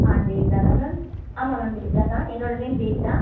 ஆ தேவிதா தான் மேம் ஆமாம் மேம் தேவிதா தான் என்னோட நேம் தேவிதா